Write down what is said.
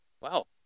Wow